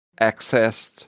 accessed